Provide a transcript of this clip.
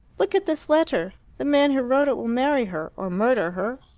look at this letter! the man who wrote it will marry her, or murder her,